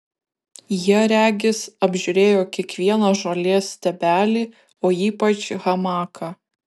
jie regis apžiūrėjo kiekvieną žolės stiebelį o ypač hamaką